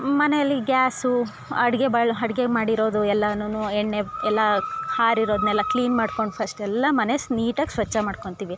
ಮನೆಯಲ್ಲಿ ಗ್ಯಾಸು ಅಡಿಗೆ ಬಳ ಅಡ್ಗೆ ಮಾಡಿರೋದು ಎಲ್ಲನು ಎಣ್ಣೆ ಎಲ್ಲ ಹಾರಿರೋದನ್ನೆಲ್ಲ ಕ್ಲೀನ್ ಮಾಡ್ಕೊಂಡು ಫಸ್ಟು ಎಲ್ಲ ಮನೆ ನೀಟಾಗಿ ಸ್ವಚ್ಛ ಮಾಡ್ಕೊಂತೀವಿ